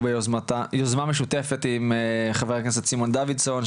ביוזמה משותפת עם חבר הכנסת סימון דוידסון,